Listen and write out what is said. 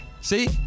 See